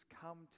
Come